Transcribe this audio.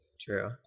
True